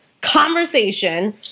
conversation